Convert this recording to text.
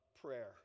prayer